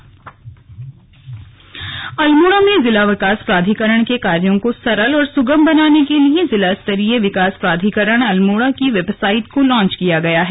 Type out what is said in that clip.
slug website launch Almora में जिला विकास प्राधिकरण के कार्यों को सरल और सुगम बनाने के लिए जिला स्तरीय विकास प्राधिकरण अल्मोड़ा की वेबसाइट को लॉन्च किया गया है